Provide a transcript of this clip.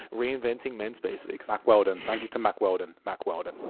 reinventing men's basics. mack weldon, thank you to mack weldon. mack weldon.